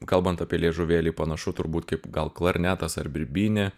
kalbant apie liežuvėlį panašu turbūt kaip gal klarnetas ar birbynė